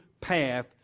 path